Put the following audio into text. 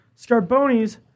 Scarbonis